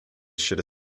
should